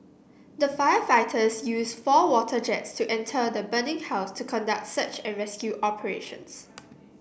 the firefighters use four water jets to enter the burning house to conduct search and rescue operations